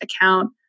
account